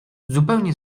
zupełnie